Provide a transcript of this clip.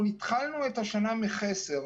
אנחנו התחלנו את השנה בחסר.